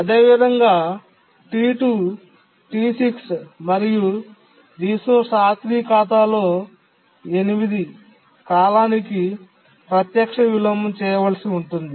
అదేవిధంగా T2 T6 మరియు resource R3 ఖాతాలో 8 కాలానికి ప్రత్యక్ష విలోమం చేయవలసి ఉంటుంది